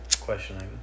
questioning